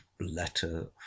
letter